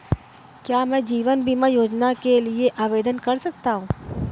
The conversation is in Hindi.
क्या मैं जीवन बीमा योजना के लिए आवेदन कर सकता हूँ?